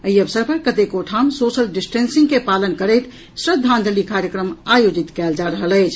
एहि अवसर पर कतेको ठाम सोशल डिस्टेंसिंग के पालन करैत श्रद्धांजलि कार्यक्रम आयोजित कयल जा रहल अछि